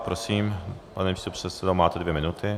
Prosím, pane místopředsedo, máte dvě minuty.